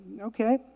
Okay